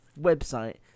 website